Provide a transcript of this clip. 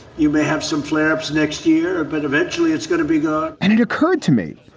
you may have some flare ups next year, but eventually it's going to be there and it occurred to me.